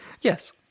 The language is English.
yes